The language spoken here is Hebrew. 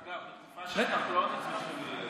אגב, בתקופה של כחלון הצלחנו להוריד קצת.